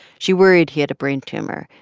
she worried he had a brain tumor.